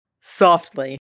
Softly